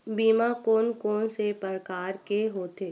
बीमा कोन कोन से प्रकार के होथे?